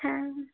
হ্যাঁ